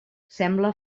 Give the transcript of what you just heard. sembla